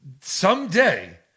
someday